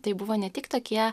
tai buvo ne tik tokie